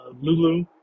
Lulu